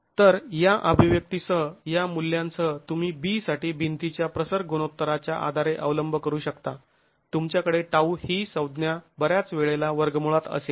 तर या अभिव्यक्तीसह या मूल्यांसह तुम्ही b साठी भिंतीच्या प्रसर गुणोत्तराच्या आधारे अवलंब करू शकता तुमच्याकडे τ ही संज्ञा बऱ्याच वेळेला वर्गमुळात असेल